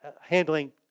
handling